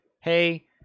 Hey